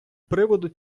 приводу